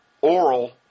oral